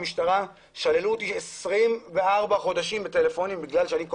שללו לי 24 חודשים בטלפונים בגלל שכל